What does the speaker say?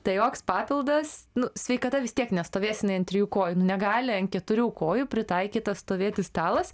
tai joks papildas nu sveikata vis tiek ne stovės jinai ant trijų kojų nu negali ant keturių kojų pritaikytas stovėti stalas